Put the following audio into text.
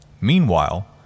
Meanwhile